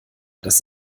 das